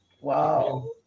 wow